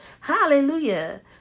Hallelujah